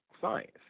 science